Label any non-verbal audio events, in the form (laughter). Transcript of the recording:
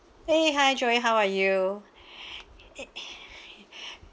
!hey! hi joy how are you (breath)